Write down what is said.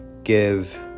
Give